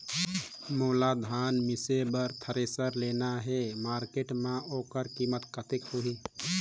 मोला धान मिसे बर थ्रेसर लेना हे मार्केट मां होकर कीमत कतेक होही?